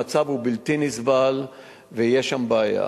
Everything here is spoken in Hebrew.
המצב הוא בלתי נסבל ויש שם בעיה.